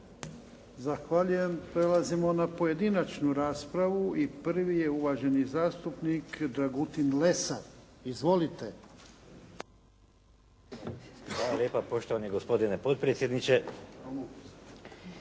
Zahvaljujem. Prelazimo na pojedinačnu raspravu. I prvi je uvaženi zastupnik Dragutin Lesar. Izvolite. **Lesar, Dragutin (Nezavisni)** Hvala lijepa poštovani gospodine potpredsjedniče.